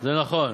זה נכון.